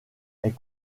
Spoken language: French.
est